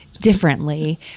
differently